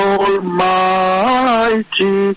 Almighty